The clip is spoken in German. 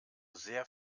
sehr